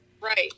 right